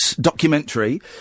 documentary